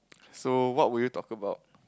so what would you talk about